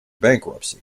bankruptcy